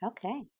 Okay